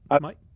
Mike